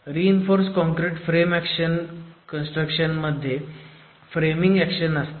reinforce concrete frame construction मध्ये framing action असते